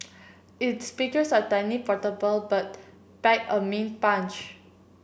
its speakers are tiny portable but pack a mean punch